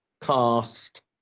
cast